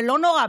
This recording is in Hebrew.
ולא נורא,